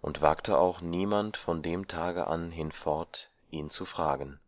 und wagte auch niemand von dem tage an hinfort ihn zu fragen